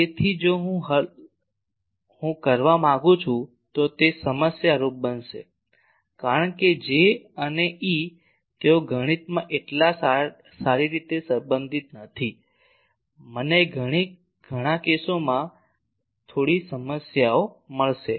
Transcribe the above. તેથી જો હું કરવા માંગું છું તો તે સમસ્યારૂપ બનશે કારણ કે J અને E તેઓ ગણિતમાં એટલા સારી રીતે સંબંધિત નથી મને ઘણા કેસોમાં થોડી સમસ્યાઓ મળશે